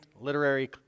literary